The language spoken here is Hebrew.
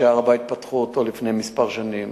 כשהר-הבית נפתח לפני כמה שנים,